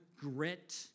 grit